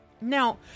Now